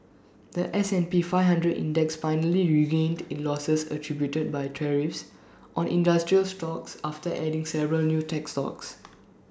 The S and P five hundred index finally regained its losses attributed by tariffs on industrial stocks after adding several new tech stocks